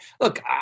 look